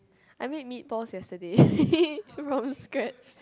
I made meatballs yesterday from scratch